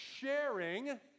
sharing